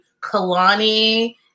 Kalani